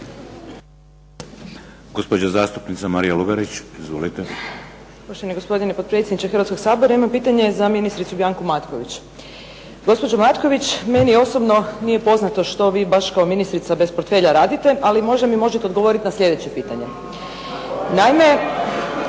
Gospođa zastupnica Marija Lugarić. Izvolite. **Lugarić, Marija (SDP)** Poštovani gospodine potpredsjedniče Hrvatskog sabora imam pitanje za ministricu Biancu Matković. Gospođo Matković meni osobno nije poznato što vi baš kao ministrica bez portfelja radite, ali možda mi možete odgovoriti na slijedeće pitanje. Naime,